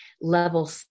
level